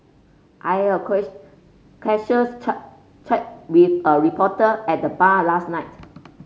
I have a casuals chat chat with a reporter at the bar last night